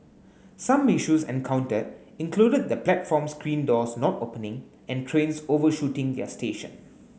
some issues encountered included the platform screen doors not opening and trains overshooting their station